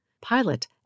pilot